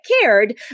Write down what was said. cared